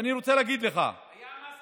ואני רוצה להגיד לך, היה מס על ממותקים?